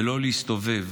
ולא להסתובב